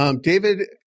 David